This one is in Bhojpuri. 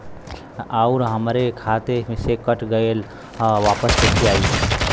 आऊर हमरे खाते से कट गैल ह वापस कैसे आई?